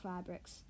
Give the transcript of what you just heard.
fabrics